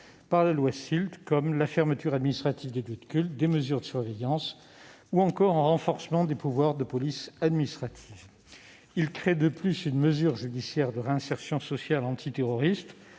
par la loi SILT, comme la fermeture administrative des lieux de culte, des mesures de surveillance ou encore un renforcement des pouvoirs de police administrative. Il crée, de plus, une mesure judiciaire de réinsertion sociale antiterroriste